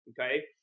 okay